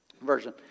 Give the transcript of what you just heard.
Version